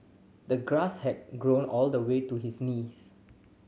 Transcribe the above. the grass had grown all the way to his knees